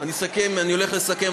אני הולך לסכם,